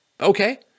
Okay